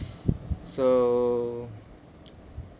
so